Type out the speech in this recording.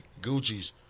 Gucci's